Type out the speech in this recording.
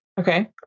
Okay